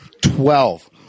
Twelve